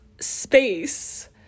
space